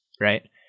right